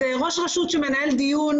ראש רשות שמנהל דיון,